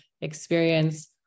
experience